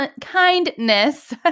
kindness